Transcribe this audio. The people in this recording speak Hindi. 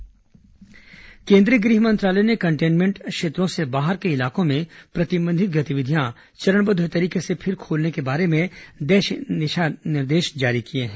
गृह मंत्रालय दिशा निर्देश केंद्रीय गृह मंत्रालय ने कंटेनमेंट क्षेत्रों से बाहर के इलाकों में प्रतिबंधित गतिविधियां चरणबद्ध तरीके से फिर खोलने के बारे में नए दिशा निर्देश जारी किए हैं